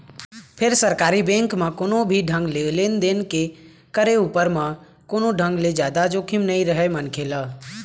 फेर सरकारी बेंक म कोनो भी ढंग ले लेन देन के करे उपर म कोनो ढंग ले जादा जोखिम नइ रहय मनखे ल